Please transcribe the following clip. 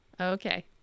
Okay